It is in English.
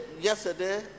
yesterday